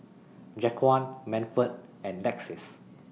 Jaquan Manford and Lexis